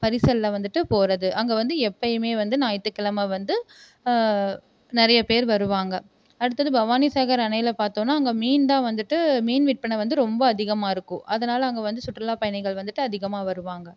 பரிசலில் வந்துவிட்டு போகறது அங்கே வந்து எப்பைமே வந்து ஞாயித்து கிழம வந்து நிறைய பேர் வருவாங்க அடுத்தது பவானிசாகர் அணையில் பார்த்தோன்னா அங்கே மீன்தான் வந்துவிட்டு மீன் விற்பனை வந்து ரொம்ப அதிகமாக இருக்கும் அதனால் அங்கே வந்து சுற்றுலா பயணிகள் வந்துவிட்டு அதிகமாக வருவாங்க